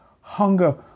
hunger